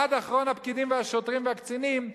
עד אחרון הפקידים והשוטרים והקצינים,